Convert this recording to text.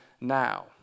now